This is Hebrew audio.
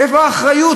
איפה האחריות?